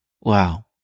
Wow